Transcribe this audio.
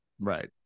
right